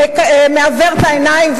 מעוור את העיניים.